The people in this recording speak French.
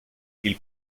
ils